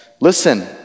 listen